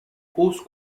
hausse